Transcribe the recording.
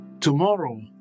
Tomorrow